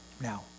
Now